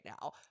now